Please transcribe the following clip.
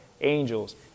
angels